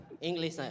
English